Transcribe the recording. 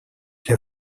для